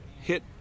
hit